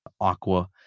aqua